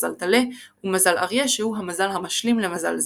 מזל טלה ומזל אריה שזהו המזל המשלים למזל זה.